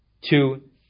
two